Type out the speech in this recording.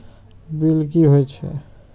Bill की हौए छै?